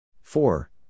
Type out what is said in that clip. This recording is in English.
four